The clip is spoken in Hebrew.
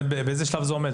באיזה שלב זה עומד?